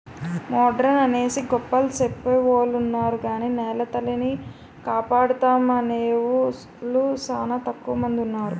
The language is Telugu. మోడరన్ అనేసి గొప్పలు సెప్పెవొలున్నారు గాని నెలతల్లిని కాపాడుతామనేవూలు సానా తక్కువ మందున్నారు